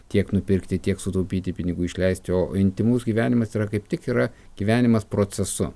tiek nupirkti tiek sutaupyti pinigų išleisti o intymus gyvenimas yra kaip tik yra gyvenimas procesu